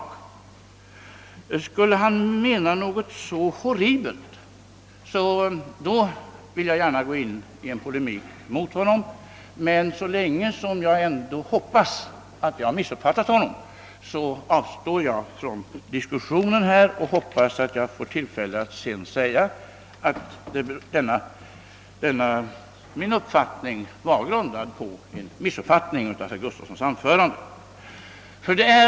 Om herr Gustafsson skulle mena något så horribelt, vill jag gärna gå in i polemik mot honom. Men så länge jag hoppas att jag missuppfattat honom avstår jag från den diskussionen och förutsätter, att jag senare får tillfälle säga att min uppfattning på denna punkt grundar sig på en missuppfattning av herr Gustafssons anförande.